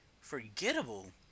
forgettable